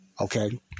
Okay